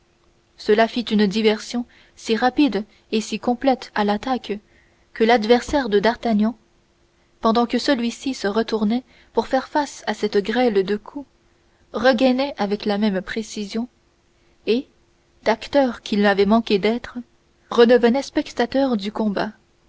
cela fit une diversion si rapide et si complète à l'attaque que l'adversaire de d'artagnan pendant que celui-ci se retournait pour faire face à cette grêle de coups rengainait avec la même précision et d'acteur qu'il avait manqué d'être redevenait spectateur du combat